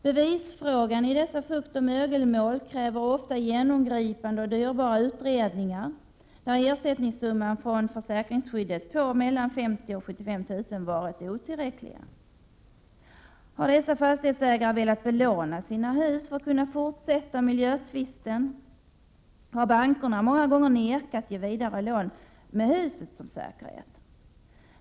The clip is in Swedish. Bevisfrågan i dessa fuktoch mögelmål kräver ofta genomgripande och dyrbara utredningar, där ersättningssumman från försäkringsskyddet på mellan 50 000 och 75 000 kr. varit otillräcklig. Har dessa fastighetsägare velat belåna sina hus för att kunna fortsätta miljötvisten, har bankerna många gånger vägrat ge vidare lån med huset som säkerhet.